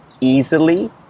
easily